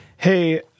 Hey